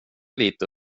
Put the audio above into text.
lite